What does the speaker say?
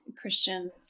Christians